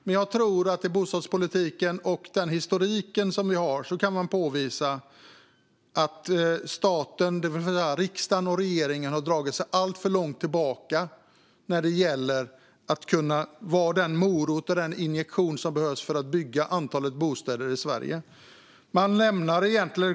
Men jag tror att i bostadspolitiken, och med den historik som vi har, kan man påvisa att staten, det vill säga riksdagen och regeringen, har dragit sig alltför långt tillbaka när det gäller den morot och den injektion som behövs för att bygga det antal bostäder som behövs i Sverige.